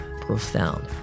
profound